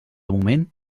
moment